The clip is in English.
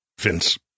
Vince